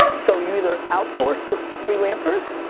so you either outsource with freelancers,